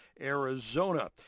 arizona